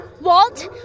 Walt